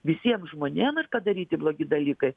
visiem žmonėm ir padaryti blogi dalykai